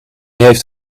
heeft